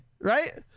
right